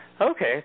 Okay